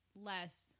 less